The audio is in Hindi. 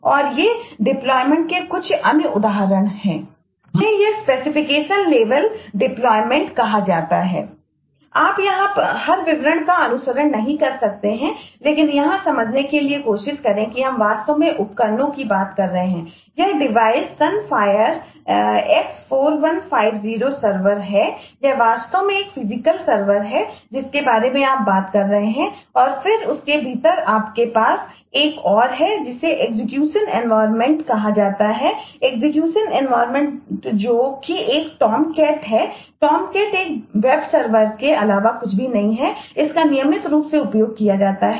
और ये डेप्लॉयमेंट के अलावा कुछ भी नहीं है इसका नियमित रूप से उपयोग किया जाता है